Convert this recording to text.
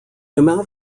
amount